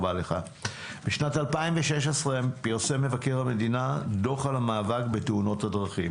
בשנת 2016 פרסם מבקר המדינה דוח על המאבק בתאונות הדרכים